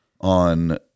on